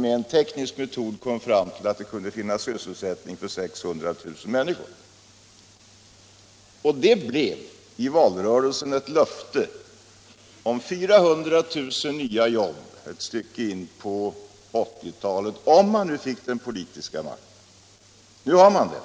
Med en teknisk metod kom man fram till att det kunde finnas sysselsättning för 600 000 människor. Det blev i valrörelsen ett löfte om 400 000 nya jobb ett stycke in på 1980-talet, om man nu fick den politiska makten. Nu har man den.